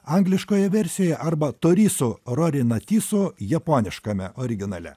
angliškoje versijoje arba toriso rorinatiso japoniškame originale